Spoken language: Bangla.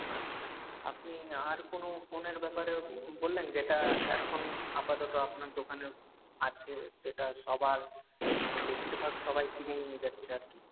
আচ্ছা আপনি আর কোনো ফোনের ব্যাপারে বললেন যেটা এখন আপাতত আপনার দোকানে আছে যেটা সবার বেশিরভাগ সবাই কিনে নিয়ে যাচ্ছে আর কি